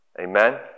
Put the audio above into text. Amen